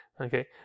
okay